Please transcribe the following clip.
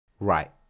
right